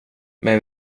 men